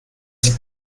sieht